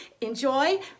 enjoy